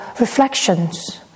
reflections